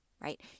Right